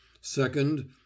Second